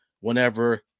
whenever